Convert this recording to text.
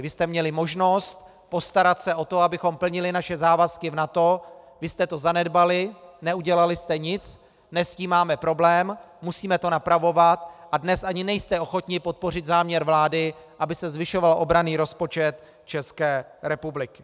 Vy jste měli možnost postarat se o to, abychom plnili naše závazky v NATO, vy jste to zanedbali, neudělali jste nic, dnes s tím máme problém, musíme to napravovat a dnes ani nejste ochotni podpořit záměr vlády, aby se zvyšoval obranný rozpočet České republiky.